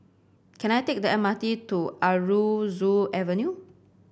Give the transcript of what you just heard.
can I take the M R T to Aroozoo Avenue